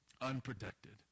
unprotected